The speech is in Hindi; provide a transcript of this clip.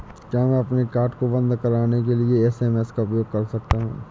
क्या मैं अपने कार्ड को बंद कराने के लिए एस.एम.एस का उपयोग कर सकता हूँ?